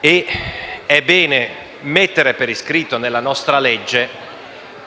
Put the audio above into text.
è bene mettere per iscritto nella nostra legge